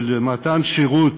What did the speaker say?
של מתן שירות